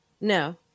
no